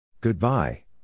Goodbye